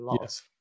Yes